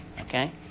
okay